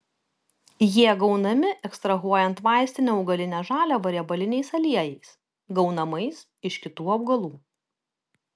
jie gaunami ekstrahuojant vaistinę augalinę žaliavą riebaliniais aliejais gaunamais iš kitų augalų